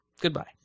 Goodbye